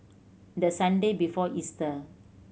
the Sunday before Easter